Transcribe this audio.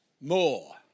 more